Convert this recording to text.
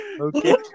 Okay